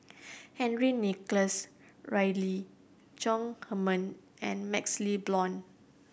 Henry Nicholas Ridley Chong Heman and MaxLe Blond